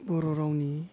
बर' रावनि